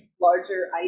larger